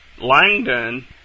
Langdon